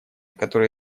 которые